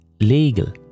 legal